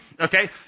Okay